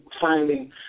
finding